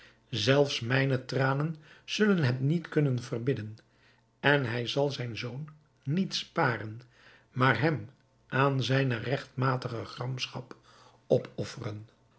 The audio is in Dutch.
zelfs mijne tranen zullen hem niet kunnen verbidden en hij zal zijn zoon niet sparen maar hem aan zijne regtmatige gramschap opofferen